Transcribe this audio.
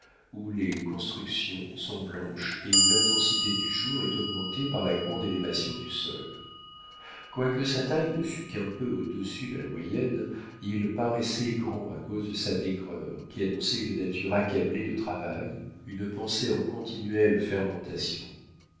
où les constructions sont blanches et où l'intensité du jour est augmentée par la grande élévation du sol quoique sa taille ne fût qu'un peu au-dessus de la moyenne il paraissait grand à cause de sa maigreur qui annonçait une nature accablée de travail une pensée en continuelle fermentation